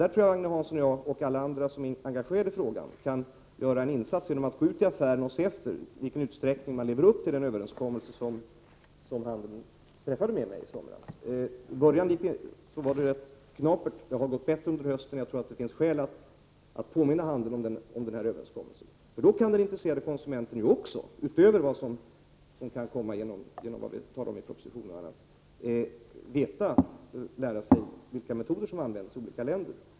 Jag tror att Agne Hansson och jag och alla andra som är engagerade i frågan kan göra en insats genom att gå ut i affärerna och se efter i vilken utsträckning man lever upp till den överenskommelse som handeln träffade med mig i somras. Från början var det rätt knapert. Det har gått bättre under hösten. Jag tror nog att det finns skäl att påminna handeln om den här överenskommelsen. Utöver vad som kan komma ut av det vi talar om i propositionen, kan den intresserade konsumenten lära sig vilka metoder som används i olika länder.